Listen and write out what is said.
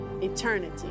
eternity